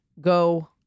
go